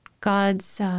God's